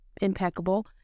impeccable